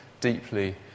deeply